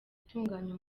itunganya